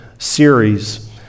series